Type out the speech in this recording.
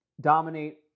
dominate